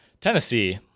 tennessee